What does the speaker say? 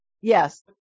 yes